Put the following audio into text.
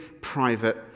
Private